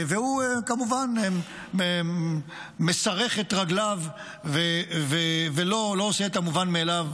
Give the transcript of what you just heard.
והוא כמובן משרך את רגליו ולא עושה את המובן מאליו: